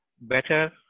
better